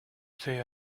they